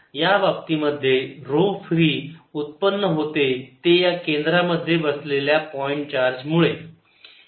या बाबतीमध्ये ऱ्हो फ्री उत्पन्न होते ते या केंद्रांमध्ये बसलेल्या पॉईंट चार्ज मुळे